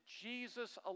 Jesus